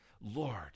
Lord